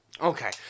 okay